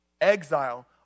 exile